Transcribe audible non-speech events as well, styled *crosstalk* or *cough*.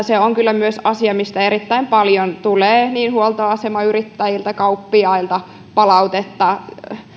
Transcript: *unintelligible* se on kyllä myös asia mistä erittäin paljon tulee huoltoasemayrittäjiltä kauppiailta palautetta